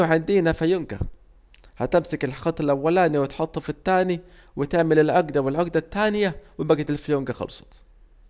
عندينا فيونكة، هتمسك الخيط الاولاني وتحطه في التاني وتعمل العجده العجدة التانية هتلاجي الفيونكة خلصت